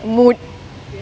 impu~